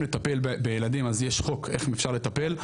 לטפל בילדים אז יש חוק איך אפשר לטפל,